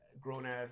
Grown-ass